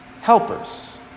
Helpers